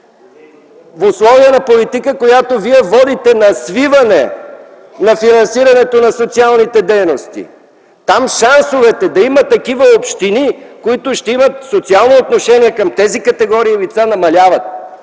в условия на политика, която вие водите на свиване на финансирането на социалните дейности, шансовете да има такива общини, които ще имат социално отношение към тези категории лица, намаляват.